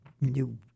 new